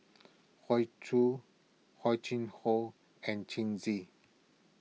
Hoey Choo Hor Chim Ho and Xi